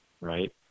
right